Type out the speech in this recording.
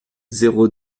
zéro